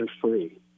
free